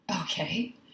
Okay